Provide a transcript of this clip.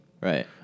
right